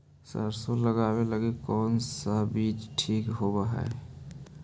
सरसों लगावे लगी कौन से बीज ठीक होव हई?